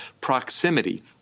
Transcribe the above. proximity